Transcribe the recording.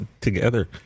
Together